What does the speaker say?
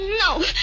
No